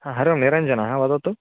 हा हरिः ओं निरञ्जनः वदतु